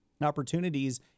opportunities